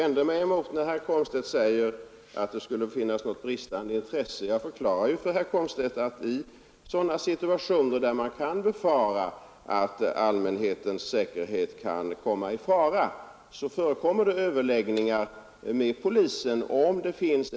Nr 325 Herr Sjöholm till herr jordbruksministern angående rigorösare föreskrifter i fråga om jakt: Skulle det inte, mot bakgrunden av erfarenheterna från årets älgjakt, vara motiverat med rigorösare föreskrifter i fråga om rätten att jaga?